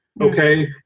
okay